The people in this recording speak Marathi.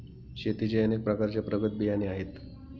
शेतीचे अनेक प्रकारचे प्रगत बियाणे आहेत